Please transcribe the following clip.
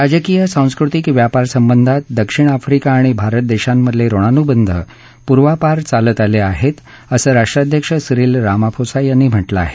राजकीय सांस्कृतिक व्यापारसंबधात दक्षिण आफ्रिका आणि भारत देशामंधले ऋणानुबंध पूर्वापार चालत आले असं राष्ट्राध्यक्ष सीरील रामाफोसा यांनी म्हटलं आहे